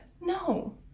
No